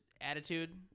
attitude